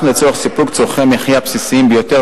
לצורך סיפוק צורכי מחיה בסיסיים ביותר,